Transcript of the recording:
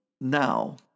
Now